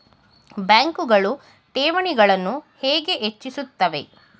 ಬ್ಯಾಂಕುಗಳು ಠೇವಣಿಗಳನ್ನು ಹೇಗೆ ಹೆಚ್ಚಿಸುತ್ತವೆ?